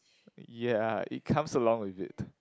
ya it comes along with it